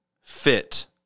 fit